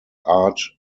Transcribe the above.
art